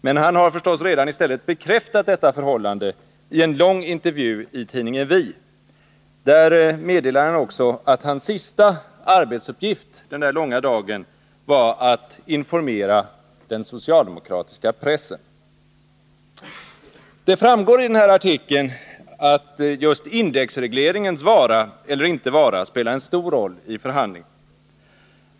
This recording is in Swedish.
Men han har förstås redan i stället bekräftat detta förhållande i en lång intervju i tidningen Vi. Där meddelar han också att hans sista arbetsuppgift den där långa dagen var att informera den socialdemokratiska pressen. Det framgår i den här artikeln att just indexregleringens vara eller inte vara spelade en stor roll vid förhandlingarna.